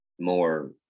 more